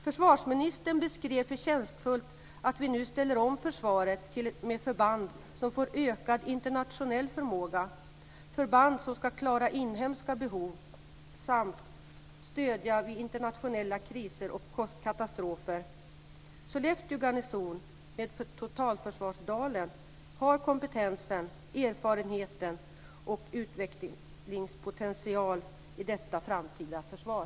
Försvarsministern beskrev förtjänstfullt att vi nu ställer om försvaret med förband som får ökad internationell förmåga, förband som ska klara inhemska behov samt förband som ska stödja vid internationella kriser och katastrofer. Sollefteå garnison med totalförsvarsdalen har kompetensen, erfarenheten och utvecklingspotentialen i detta framtida försvar.